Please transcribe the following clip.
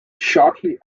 shortly